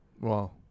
Wow